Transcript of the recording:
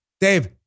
Dave